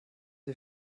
sie